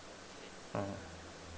mmhmm